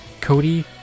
Cody